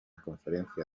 conferencia